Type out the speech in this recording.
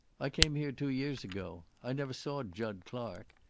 i came here two years ago. i never saw jud clark.